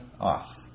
off